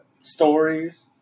Stories